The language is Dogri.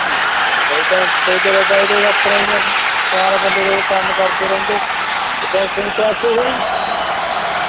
ओ भाई द'ऊ सौ चा अपने बंदे तोस कम्म करदे रौंह्दे द'ऊं सौ दी त्रैऽ सौ सेही